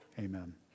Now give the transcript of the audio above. amen